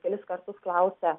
kelis kartus klausia